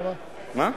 למה,